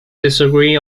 disagree